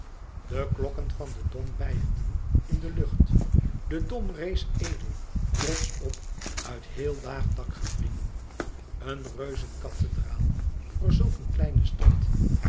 de klokken van den dom beierden in de lucht de dom rees edel trotsch op uit heel laag dak gewriemel een reuzekathedraal voor zulk een kleine stad